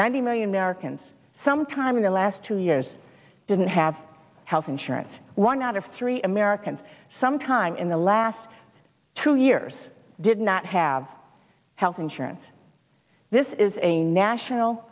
ninety million americans sometime in the last two years didn't have health insurance one out of three americans sometime in the last two years did not have health insurance this is a national